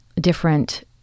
different